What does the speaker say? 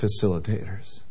facilitators